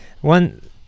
One